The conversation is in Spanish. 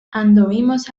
anduvimos